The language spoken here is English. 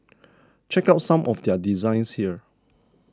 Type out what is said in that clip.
check out some of their designs here